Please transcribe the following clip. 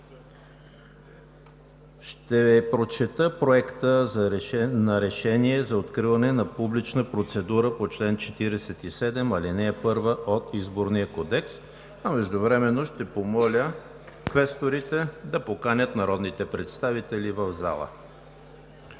Ще прочета Проекта на решение за откриване на публична процедура по чл. 47, ал. 1 от Изборния кодекс, а междувременно ще помоля квесторите да поканят народните представители в залата.